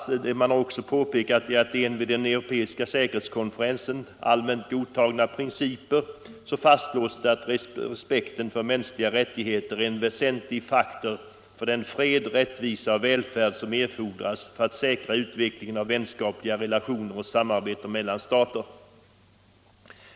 Det har också påpekats att enligt vid den europeiska säkerhetskonferensen allmänt godtagna principer är respekten för mänskliga rättigheter en väsentlig faktor för den fred, rättvisa och välfärd som fordras för att säkra utvecklingen av vänskapliga relationer och samarbete mellan stater.